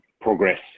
progress